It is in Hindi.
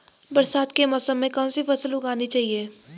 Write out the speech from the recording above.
बरसात के मौसम में कौन सी फसल उगानी चाहिए?